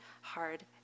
hard